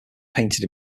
painted